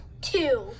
two